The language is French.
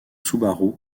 subaru